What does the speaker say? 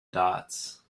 dots